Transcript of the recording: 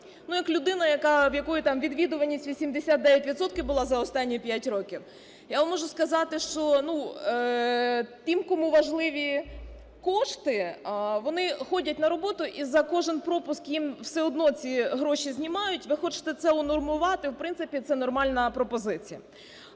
як людина, яка, в якої, там, відвідуваність 89 відсотків була за останні 5 років, я вам можу сказати, що, ну, тим, кому важливі кошти, вони ходять на роботу і за кожен пропуск їм все одно ці гроші знімають. Ви хочете це унормувати? В принципі, це нормальна пропозиція.